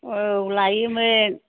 औ लायोमोन